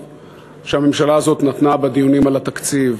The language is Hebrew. שהממשלה הזאת נתנה בדיונים על התקציב